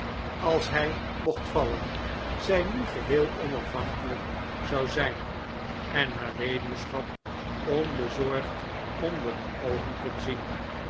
als hij mocht vallen zij nu geheel onafhankelijk zou zijn en haar weduwschap onbezorgd onder de oogen kon zien